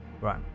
Right